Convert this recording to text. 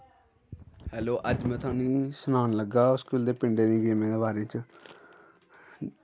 hello अज्ज मैं थुआनूं सनान लग्गा दी पिंडे दी गेमें दे बारे च